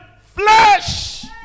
flesh